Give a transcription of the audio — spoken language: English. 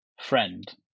friend